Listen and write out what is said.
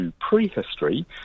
prehistory